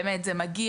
באמת זה מגיע,